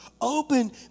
Open